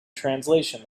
translation